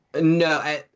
No